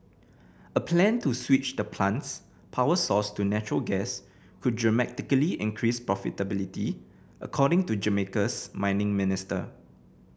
a plan to switch the plant's power source to natural gas could dramatically increase profitability according to Jamaica's mining minister